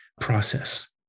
process